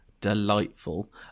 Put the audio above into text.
delightful